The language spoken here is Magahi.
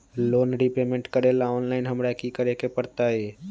लोन रिपेमेंट करेला ऑनलाइन हमरा की करे के परतई?